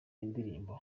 indirimbo